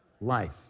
life